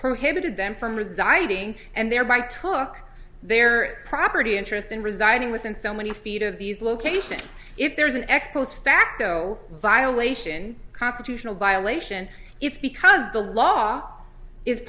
prohibited them from residing and thereby took their property interest in residing within so many feet of these locations if there is an ex post facto violation constitutional violation it's because the law is